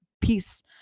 peace